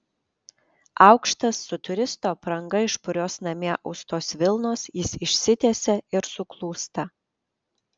aukštas su turisto apranga iš purios namie austos vilnos jis išsitiesia ir suklūsta